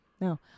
No